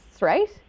right